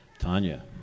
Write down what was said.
Tanya